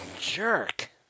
Jerk